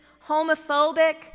homophobic